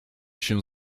się